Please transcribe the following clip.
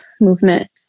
movement